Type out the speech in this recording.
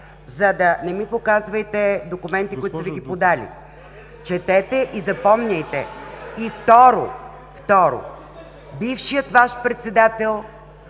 Жекова, не ми показвайте документи, които са Ви ги подали. Четете и запомняйте! Второ, бившият Ваш Председател,